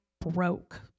broke